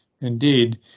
indeed